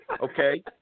okay